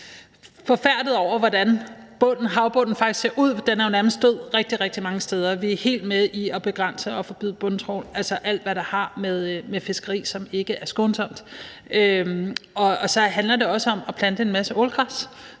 forfærdet over, hvordan havbunden faktisk ser ud. Den er jo nærmest død rigtig, rigtig mange steder. Vi er helt med på at begrænse og forbyde bundtrawl, altså alt, hvad der har at gøre med fiskeri, som ikke er skånsomt. Og så handler det også om at plante en masse ålegræs,